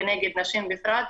ונגד נשים בפרט,